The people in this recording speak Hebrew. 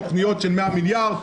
תוכניות של 100 מיליארד,